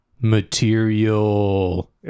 Material